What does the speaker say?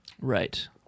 Right